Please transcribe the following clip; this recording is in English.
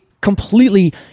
completely